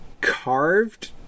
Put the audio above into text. carved